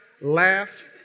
laugh